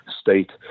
state